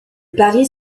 paris